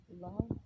love